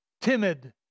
Timid